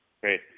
Great